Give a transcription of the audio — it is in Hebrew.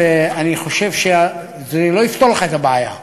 אני חושב שזה לא יפתור לך את הבעיה.